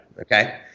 okay